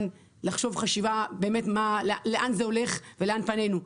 לחשוב חשיבה לאין זה הולך, ולאן פנינו.